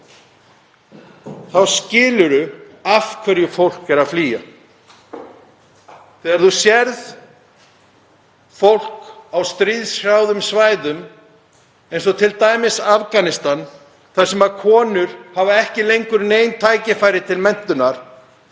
skilurðu af hverju fólk er að flýja. Þegar þú sérð fólk á stríðshrjáðum svæðum, eins og t.d. Afganistan þar sem konur hafa ekki lengur nein tækifæri til menntunar,